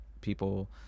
people